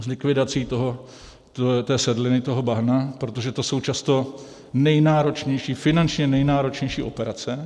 S likvidací té sedliny, toho bahna, protože to jsou často nejnáročnější, finančně nejnáročnější operace.